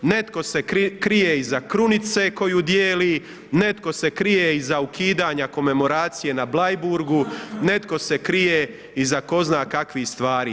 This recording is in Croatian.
Netko se krije iza krunice koju dijeli, netko se krije i za ukidanje komemoracije na Bleiburgu netko se krije i za ko zna kakvih stvari.